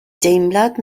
deimlad